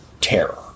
Terror